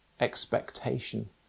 expectation